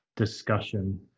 discussion